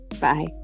Bye